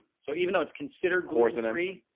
so even though it's considered gore's than me,